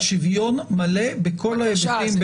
שוויון מלא בין גברים לנשים בכל ההיבטים.